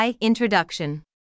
introduction